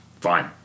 fine